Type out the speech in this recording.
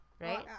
right